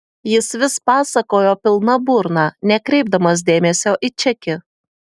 jis vis pasakojo pilna burna nekreipdamas dėmesio į čekį